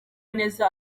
neza